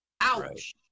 Ouch